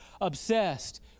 obsessed